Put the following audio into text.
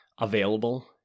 available